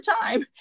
time